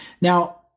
Now